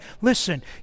listen